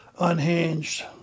unhinged